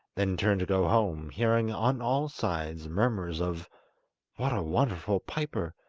then turned to go home, hearing on all sides murmurs of what a wonderful piper!